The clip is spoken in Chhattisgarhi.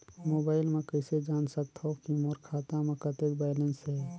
मोबाइल म कइसे जान सकथव कि मोर खाता म कतेक बैलेंस से?